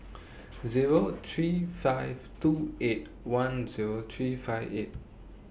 Zero three five two eight one Zero three five eight